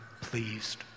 pleased